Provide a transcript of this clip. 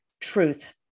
truth